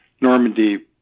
Normandy